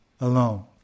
alone